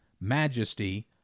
majesty